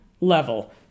level